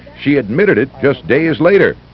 she admitted it just days later.